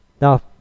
Now